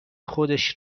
خودش